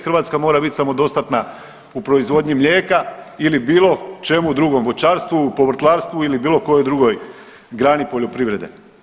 Hrvatska mora biti samodostatna u proizvodnji mlijeka ili bilo čemu drugom voćarstvu, povrtlarstvu ili bilo kojoj drugoj grani poljoprivrede.